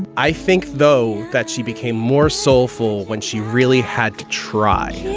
i think, though, that she became more soulful when she really had to try